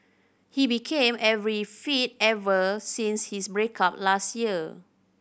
he became every fit ever since his break up last year